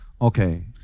Okay